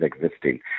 existing